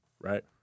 right